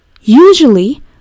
usually